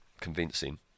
convincing